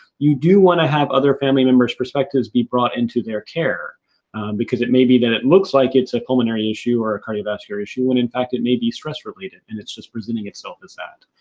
you do want to have other family members' perspectives be brought into their care because it may be that it looks like it's a pulmonary issue or cardiovascular issue, when in fact, it may be stress-related and it's presenting itself as that.